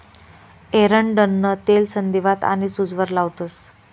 एरंडनं तेल संधीवात आनी सूजवर लावतंस